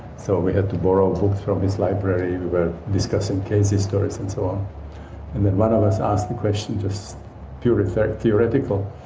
so we had to borrow books from his library, we were discussing cases, stories, and so on and then one of us asked the question, just purely theoretical,